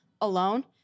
alone